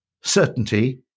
certainty